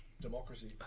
Democracy